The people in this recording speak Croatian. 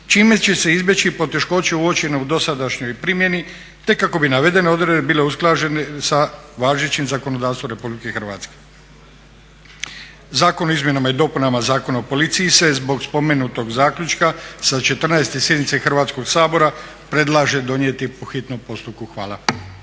čime će se izbjeći poteškoće uočene u dosadašnjoj primjeni te kako bi navedene odredbe bile usklađene sa važećim zakonodavstvom Republike Hrvatske. Zakon o izmjenama i dopunama Zakona o policiji se zbog spomenutog zaključka sa 14. sjednice Hrvatskog sabora predlaže donijeti po hitnom postupku. Hvala.